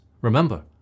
Remember